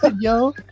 yo